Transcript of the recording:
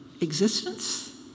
existence